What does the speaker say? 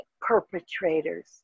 perpetrators